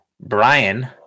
Brian